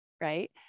right